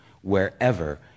wherever